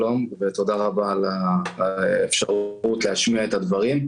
שלום ותודה רבה על האפשרות להשמיע את הדברים.